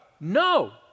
no